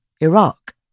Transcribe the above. Iraq